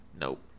nope